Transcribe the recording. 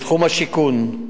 בתחום השיכון,